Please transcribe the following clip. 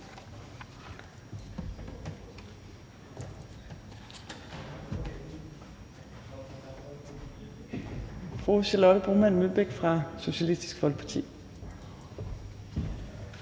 fru Charlotte Broman Mølbæk fra Socialistisk Folkeparti.